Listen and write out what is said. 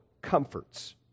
comforts